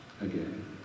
again